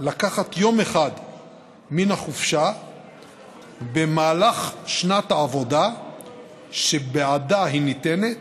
לקחת יום אחד מן החופשה במהלך שנת העבודה שבעדה היא ניתנת,